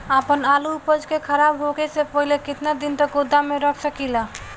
आपन आलू उपज के खराब होखे से पहिले केतन दिन तक गोदाम में रख सकिला?